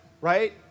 right